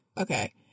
okay